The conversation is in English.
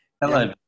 Hello